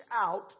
out